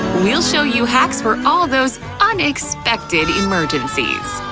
we'll show you hacks for all those unexpected emergencies.